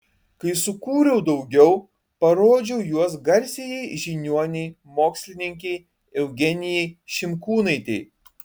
kai sukūriau daugiau parodžiau juos garsiajai žiniuonei mokslininkei eugenijai šimkūnaitei